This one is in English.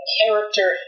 character